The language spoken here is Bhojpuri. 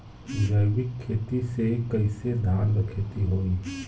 जैविक खेती से कईसे धान क खेती होई?